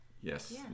yes